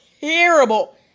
terrible